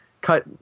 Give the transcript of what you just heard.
cut